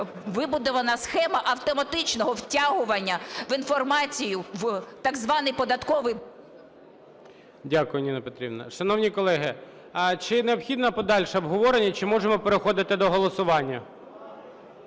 вибудована схема автоматичного втягування в інформацію в так званий податковий... ГОЛОВУЮЧИЙ. Дякую, Ніна Петрівна. Шановні колеги, а чи необхідне подальше обговорення, чи можемо ми переходити до голосування?